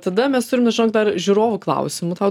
tada mes turime žinok dar žiūrovų klausimų tau